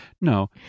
No